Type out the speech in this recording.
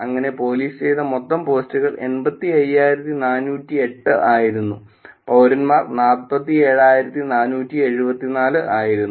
അങ്ങനെ പോലീസ് ചെയ്ത മൊത്തം പോസ്റ്റുകൾ 85408 ആയിരുന്നു പൌരന്മാർ 47474 ആയിരുന്നു